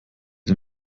den